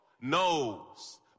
knows